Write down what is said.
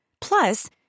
Plus